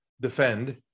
defend